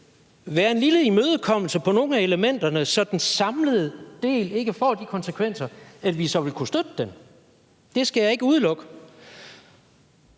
være en lille imødekommelse på nogle af elementerne, så den samlede del ikke får de konsekvenser, at vi så ville kunne støtte det. Det skal jeg ikke udelukke.